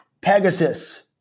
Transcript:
Pegasus